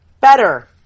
better